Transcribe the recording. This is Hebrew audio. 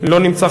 לא נמצא.